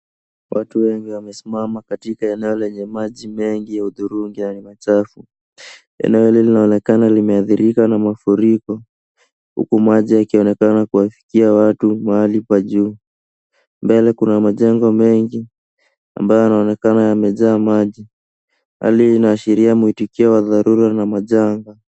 Watu wengi wamesimama katika eneo lenye maji mengi ya hudhurungi na machafu. Eneo hili linaonekana limeathirika na mafuriko huku maji yakionekana kuwafikia watu mahali pa juu. Mbele kuna majengo mengi ambayo yanaonekana yamejaa maji. Hali hii inaashiria mwitikio wa dharura na majanga.